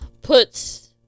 puts